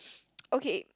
okay